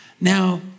Now